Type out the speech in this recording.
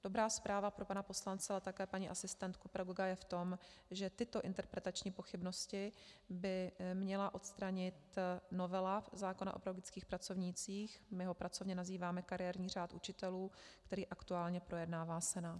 Dobrá zpráva pro pana poslance, ale také paní asistentku pedagoga je v tom, že tyto interpretační pochybnosti by měla odstranit novela zákona o pedagogických pracovnících, my ho pracovně nazýváme kariérní řád učitelů, kterou aktuálně projednává Senát.